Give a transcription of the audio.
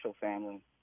family